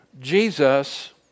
Jesus